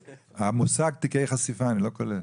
המושג תיקי חשיפה, אני לא קולט.